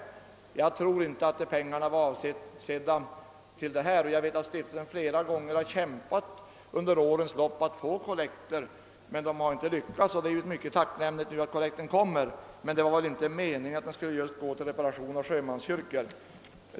Jag tror inte att rikskollekten var avsedd just för det. Jag vet att Stiftelsen flera gånger under årens lopp har kämpat för att få kollekter men inte lyckats, och det är ju mycket tacknämligt, att den nu får en kollekt, men det var väl inte meningen att den skulle gå just till reparation av sjömanskyrkor.